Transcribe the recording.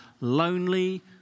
lonely